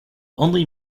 only